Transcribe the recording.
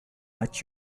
let